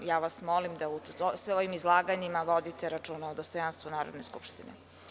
Molim vas da u svojim izlaganjima vodite računa o dostojanstvu Narodne skupštine.